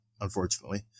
unfortunately